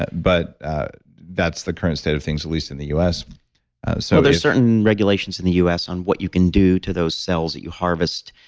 but that's the current state of things, at least in the u s so there's certain regulations in the u s. on what you can do to those cells that you harvest,